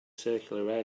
circular